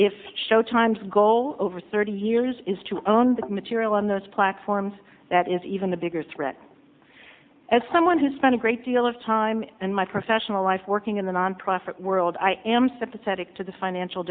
if showtimes goal over thirty years is to own the material on those platforms that is even the bigger threat as someone who spent a great deal of time in my professional life working in the nonprofit world i am sympathetic to the financial